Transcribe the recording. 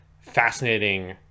fascinating